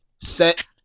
set